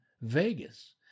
Vegas